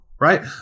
right